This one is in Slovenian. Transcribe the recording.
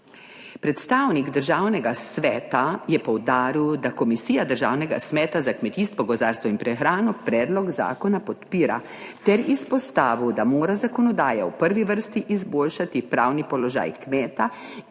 Predstavnik Državnega sveta je poudaril, da Komisija Državnega sveta za kmetijstvo, gozdarstvo in prehrano predlog zakona podpira ter izpostavil, da mora zakonodaja v prvi vrsti izboljšati pravni položaj kmeta